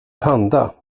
panda